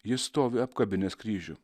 jis stovi apkabinęs kryžių